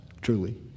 Truly